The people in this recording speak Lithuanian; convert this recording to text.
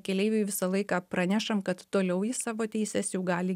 keleiviui visą laiką pranešam kad toliau jis savo teises jau gali